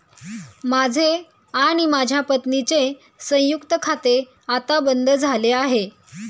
माझे आणि माझ्या पत्नीचे संयुक्त खाते आता बंद झाले आहे